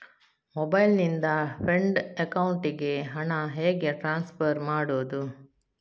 Mobile ನಿಂದ friend ಅಕೌಂಟಿಗೆ ಹಣ ಹೇಗೆ ಟ್ರಾನ್ಸ್ಫರ್ ಮಾಡುವುದು?